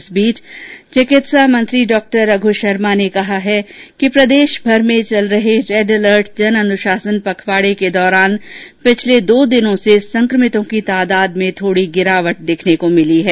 इस बीच चिकित्सा मंत्री डॉ रघु शर्मा ने कहा है प्रदेश भर में चल रहे रेड अलर्ट जनअनुशासन पखवाड़ा के दौरान पिछले दो दिनों से संक्रमितों की तादाद में थोड़ी गिरावट दिखने लगी है